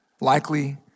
likely